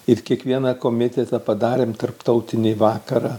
ir kiekvieną komitetą padarėm tarptautinį vakarą